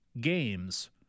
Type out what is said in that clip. games